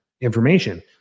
information